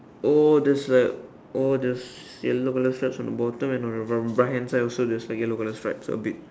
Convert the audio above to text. oh there's a oh there's yellow color stripes on the bottom and on the r~ right hand side also there's like yellow colour stripes a bit